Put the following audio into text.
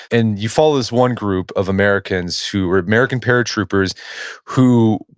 and you follow this one group of americans who were american paratroopers who,